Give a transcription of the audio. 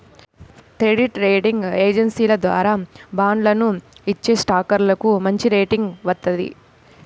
credit rating ఏజెన్సీల ద్వారా బాండ్లను ఇచ్చేస్టాక్లకు మంచిరేటింగ్ వత్తది